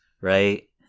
right